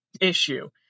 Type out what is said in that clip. issue